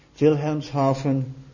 Wilhelmshaven